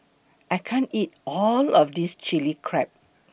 I can't eat All of This Chili Crab